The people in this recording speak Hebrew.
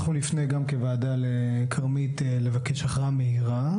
אנחנו נפנה גם כוועדה לכרמית לבקש הכרעה מהירה,